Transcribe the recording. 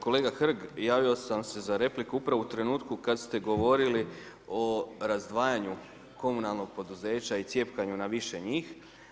Kolega Hrg, javio sam se za repliku upravo u trenutku kada ste govorili o razdvajanju komunalnog poduzeća i cjepkanju na više njih.